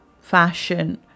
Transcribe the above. fashion